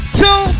two